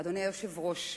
אדוני היושב-ראש,